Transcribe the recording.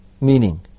meaning